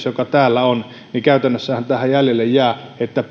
joka täällä on käytännössä jäljelle jää että